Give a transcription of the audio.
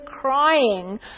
crying